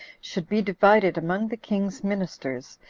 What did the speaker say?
should be divided among the king's ministers,